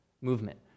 movement